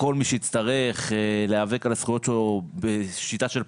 כל מי שיצטרך להיאבק על הזכויות שלו בשיטה של פרשנות,